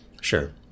Sure